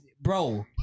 bro